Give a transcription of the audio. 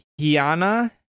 Hiana